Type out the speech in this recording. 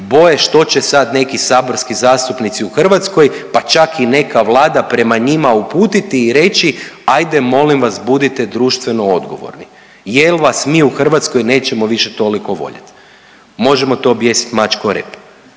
boje što će sad neki saborski zastupnici u Hrvatskoj pa čak i neka vlada prema njima uputiti i reći ajde molim vas budite društveno odgovorni jer vas mi u Hrvatskoj nećemo više toliko voljeti. Možemo to objesiti mačku o rep.